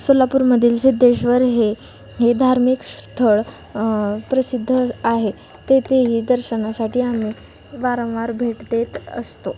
सोलापूरमधील सिद्धेश्वर हे हे धार्मिक श् स्थळ प्रसिद्ध आहे तेथेही दर्शनासाठी आम्ही वारंवार भेट देत असतो